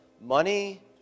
Money